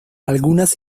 algunas